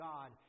God